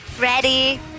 Ready